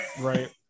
Right